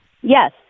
Yes